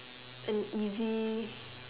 an easy